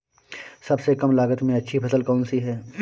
सबसे कम लागत में अच्छी फसल कौन सी है?